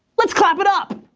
let's clap it up.